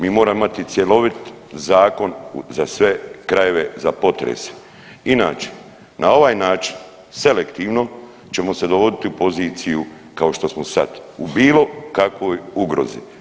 Mi moramo imati cjelovit zakon za sve krajeve za potrese inače na ovaj način selektivno ćemo se dovoditi u poziciju kao što smo sad u bilo kakvoj ugrozi.